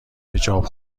حجاب